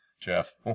Jeff